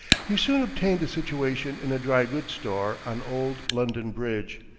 he soon obtained a situation in a dry-goods store on old london bridge,